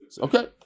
Okay